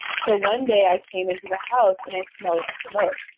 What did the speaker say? so one day, i came into the house and i smelled smoke,